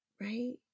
right